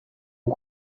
aux